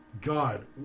God